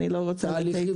בתהליכים.